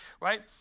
right